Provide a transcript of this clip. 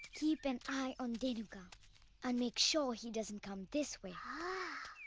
keep an eye on dhenuka and make sure he doesn't come this way. ah